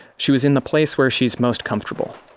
she was in the place where she's most comfortable